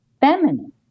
feminine